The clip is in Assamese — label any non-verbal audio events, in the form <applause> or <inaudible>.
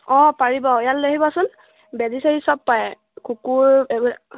অঁ পাৰিব ইয়ালৈ লৈ আহিবচোন বেজী চেজী চব পায় কুকুৰ <unintelligible>